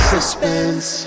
Suspense